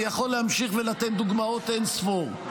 אני יכול להמשיך ולתת דוגמאות אין-ספור.